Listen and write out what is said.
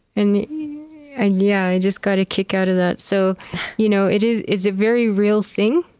and and yeah i just got a kick out of that. so you know it is is a very real thing,